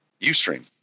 Ustream